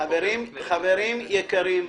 חברים יקרים,